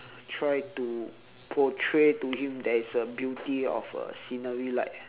try to portray to him there is a beauty of a scenery like